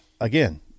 again